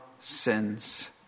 sins